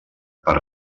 per